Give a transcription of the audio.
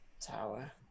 Tower